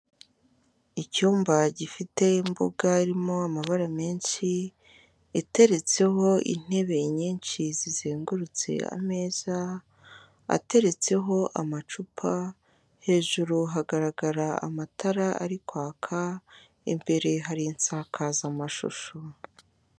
Icyumba gifite imbuga irimo amabara menshi iteretseho intebe nyinshi, zizengurutse ameza ateretseho amacupa, hejuru hagaragara amatara ari kwaka imbere hari insakazamashusho.